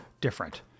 different